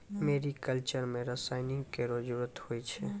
मेरी culture म रसायन केरो जरूरत होय छै